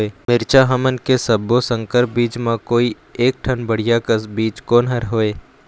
मिरचा हमन के सब्बो संकर बीज म कोई एक ठन बढ़िया कस बीज कोन हर होए?